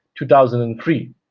2003